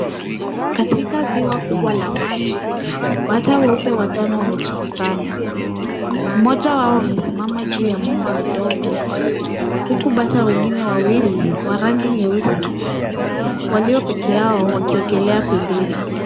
Katika ziwa kubwa la maji bata weupe watano wamejikusanya. Mmoja wao amesimama juu ya mwamba mdogo huku bata wengine wawili wa rangi nyeusi walio peke yao wakiwekelea pembeni.